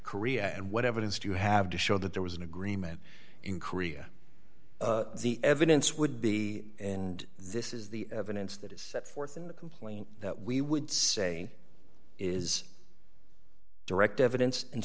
korea and what evidence do you have to show that there was an agreement in korea the evidence would be and this is the evidence that is set forth in the complaint that we would say is direct evidence and